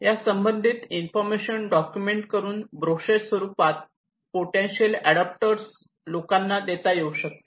या संबंधित information document करून ब्रोशर स्वरूपात पोटेन्शियल ऍडॉप्टर्स लोकांना देता येऊ शकते